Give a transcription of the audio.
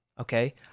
Okay